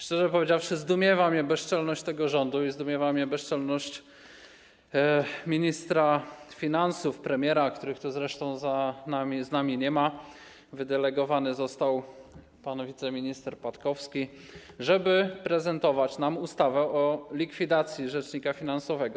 Szczerze powiedziawszy, zdumiewa mnie bezczelność tego rządu i zdumiewa mnie bezczelność ministra finansów, premiera, których to zresztą z nami nie ma, wydelegowany został pan wiceminister Patkowski, żeby prezentować nam ustawę o likwidacji instytucji rzecznika finansowego.